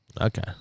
Okay